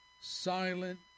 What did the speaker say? silent